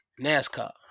NASCAR